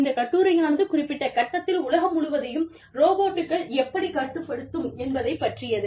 இந்த கட்டுரையானது குறிப்பிட்ட கட்டத்தில் உலகம் முழுவதையும் ரோபோட்கள் எப்படிக் கட்டுப்படுத்தும் என்பதைப் பற்றியது